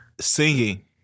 Singing